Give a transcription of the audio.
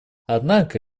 однако